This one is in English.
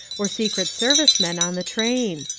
or secret service men on the train.